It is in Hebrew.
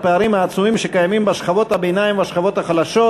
הפערים העצומים הקיימים בשכבות הביניים ובשכבות החלשות.